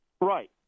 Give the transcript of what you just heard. Right